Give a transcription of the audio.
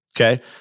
Okay